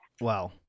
Wow